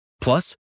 Plus